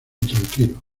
tranquilo